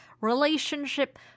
relationship